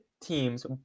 teams